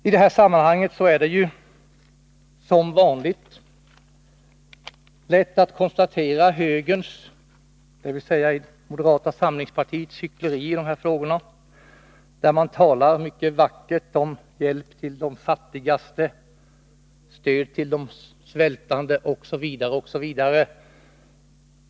I detta sammanhang är det som vanligt lätt att konstatera högerns, dvs. moderata samlingspartiets, hyckleri i de här frågorna. Man talar mycket vackert om hjälp till de fattigaste, stöd till de svältande osv.